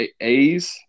A's